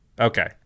Okay